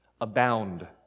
abound